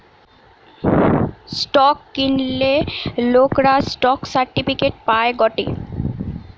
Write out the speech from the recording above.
stock কিনলে লোকরা stock certificate পায় গটে